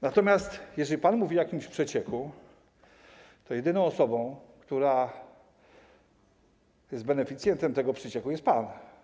Natomiast jeżeli pan mówi o jakimś przecieku, to jedyną osobą, która jest beneficjentem tego przecieku, jest pan.